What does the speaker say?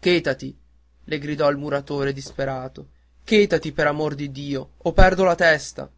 chétati le gridò il muratore disperato chetati per amor di dio o perdo la testa